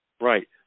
Right